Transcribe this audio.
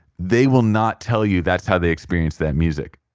they will not tell you that's how they experience that music.